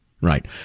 Right